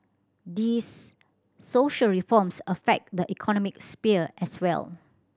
this social reforms affect the economic sphere as well